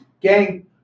Gang